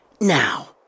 now